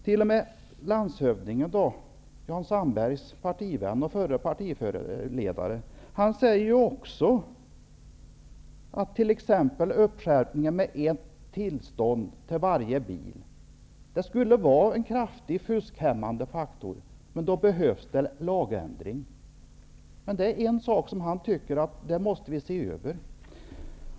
Till och med landshövdingen Adelsohn, Jan Sandbergs partivän och förre partiledare, säger att t.ex. en skärpning innebärande krav på separat tillstånd för varje bil skulle vara en kraftig fuskhämmande faktor. Men för detta behövs en lagändring. Han tycker att vi behöver se över reglerna för detta.